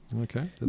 Okay